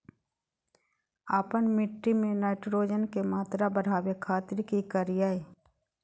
आपन मिट्टी में नाइट्रोजन के मात्रा बढ़ावे खातिर की करिय?